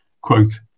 Quote